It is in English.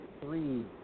three